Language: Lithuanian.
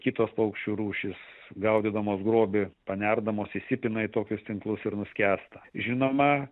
kitos paukščių rūšys gaudydamos grobį panerdamos įsipina į tokius tinklus ir nuskęsta žinoma